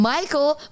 Michael